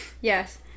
Yes